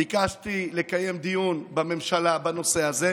ביקשתי לקיים דיון בממשלה בנושא הזה.